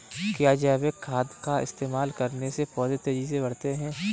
क्या जैविक खाद का इस्तेमाल करने से पौधे तेजी से बढ़ते हैं?